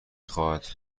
خواهد